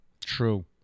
True